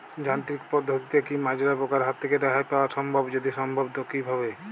যান্ত্রিক পদ্ধতিতে কী মাজরা পোকার হাত থেকে রেহাই পাওয়া সম্ভব যদি সম্ভব তো কী ভাবে?